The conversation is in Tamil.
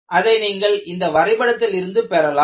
அதை நீங்கள் இந்த வரைபடத்தில் இருந்து பெறலாம்